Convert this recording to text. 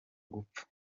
gupfa